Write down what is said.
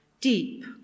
deep